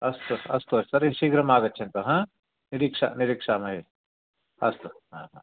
अस्तु अस्तु तर्हि शीघ्रं आगच्छन्तु ह निरीक्षा निरीक्षामहे अस्तु हा हा